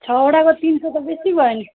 छवटाको तिन सय त बेसी भयो नि